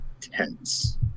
tense